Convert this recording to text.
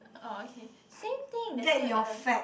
oh okay same thing there's still alu~